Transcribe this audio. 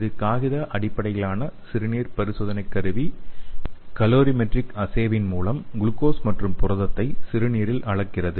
இந்த காகித அடிப்படையிலான சிறுநீர் பரிசோதனை கருவி கலோரிமெட்ரிக் அசேவின் மூலம் குளுக்கோஸ் மற்றும் புரதத்தை சிறுநீரில் அளக்கிறது